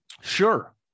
Sure